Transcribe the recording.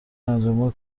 انجام